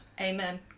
Amen